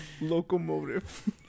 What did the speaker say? locomotive